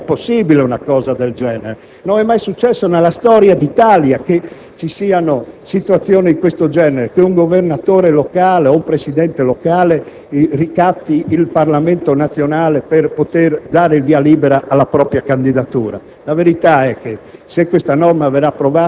questo ricatto pubblico. Ma è possibile una cosa del genere? Non si sono mai verificate nella storia d'Italia situazioni di questo genere, in cui un governatore o un presidente locale ricatti il Parlamento nazionale per poter dare il via libera alla propria candidatura. La verità è che,